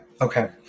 Okay